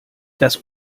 das